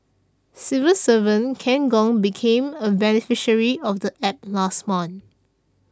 civil servant Ken Gong became a beneficiary of the App last month